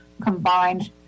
combined